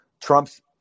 Trump's